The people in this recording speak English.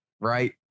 right